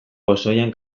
pozoian